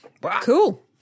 Cool